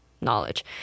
knowledge